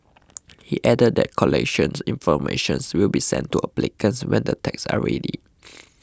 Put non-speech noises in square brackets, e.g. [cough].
he added that collection information will be sent to applicants when the tags are ready [noise]